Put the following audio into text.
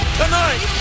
tonight